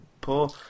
poor